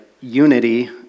unity